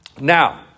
Now